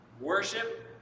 worship